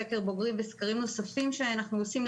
סקר בוגרים וסקרים נוספים שאנחנו עושים,